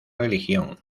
religión